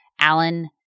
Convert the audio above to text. Alan